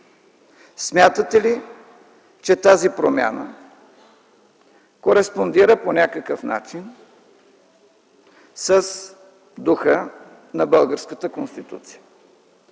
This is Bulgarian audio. Смятате ли, че тази промяна кореспондира по някакъв начин с духа на българската Конституция?